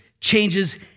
changes